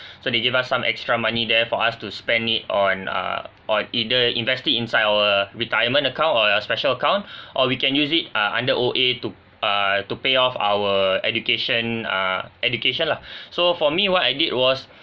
so they give us some extra money there for us to spend it on err on either investing inside our retirement account or your special account or we can use it ah under O_A to err to pay off our education uh education lah so for me what I did was